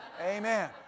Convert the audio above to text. Amen